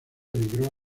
emigró